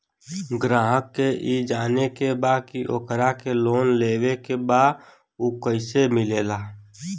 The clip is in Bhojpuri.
ग्राहक के ई जाने के बा की ओकरा के लोन लेवे के बा ऊ कैसे मिलेला?